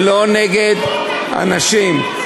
ולא נגד אנשים,